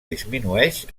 disminueix